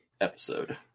episode